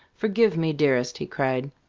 forgive me, dearest, he cried.